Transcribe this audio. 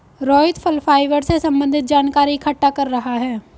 रोहित फल फाइबर से संबन्धित जानकारी इकट्ठा कर रहा है